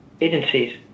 agencies